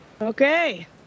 Okay